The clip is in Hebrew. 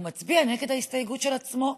והוא מצביע נגד ההסתייגות של עצמו.